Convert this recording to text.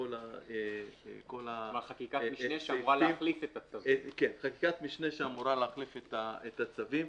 חקיקת משנה שאמורה להחליף את הצווים,